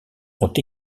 ont